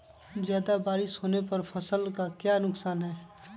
ज्यादा बारिस होने पर फसल का क्या नुकसान है?